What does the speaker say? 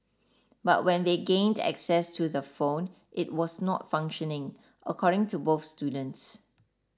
but when they gained access to the phone it was not functioning according to both students